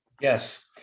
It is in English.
Yes